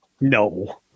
No